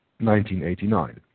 1989